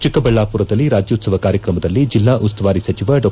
ಚಿಕ್ಕಬಳ್ಳಾಪುರದಲ್ಲಿ ರಾಜ್ಯೋತ್ಸವ ಕಾರ್ಯಕ್ರಮದಲ್ಲಿ ಜಿಲ್ಲಾ ಉಸ್ತುವಾರಿ ಸಚಿವ ಡಾ